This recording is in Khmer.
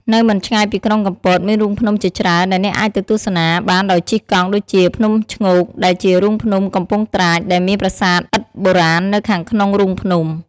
នៅមិនឆ្ងាយពីក្រុងកំពត មានរូងភ្នំជាច្រើនដែលអ្នកអាចទៅទស្សនាបានដោយជិះកង់ ដូចជា ភ្នំឈ្ងោក ដែលជា រូងភ្នំកំពង់ត្រាច ដែលមានប្រាសាទឥដ្ឋបុរាណនៅខាងក្នុងរូងភ្នំ។